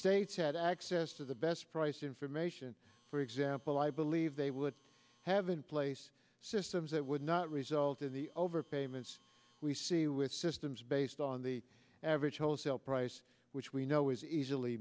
states had access to the best price information for example i believe they would have in place systems that would not result in the overpayments we see with systems based on the average wholesale price which we know is easily